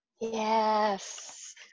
Yes